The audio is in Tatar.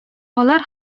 алар